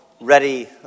ready